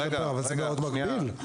אבל זה מאוד מגביל.